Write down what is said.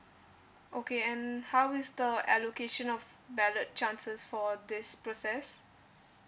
okay and how is the allocation of ballot chances for this process